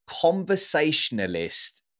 conversationalist